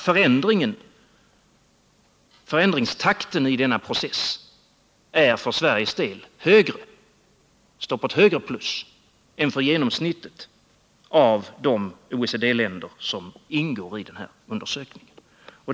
Förändringstakten i denna process är för Sveriges del högre än genomsnittet för de OECD-länder som ingår i undersökningen.